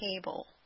table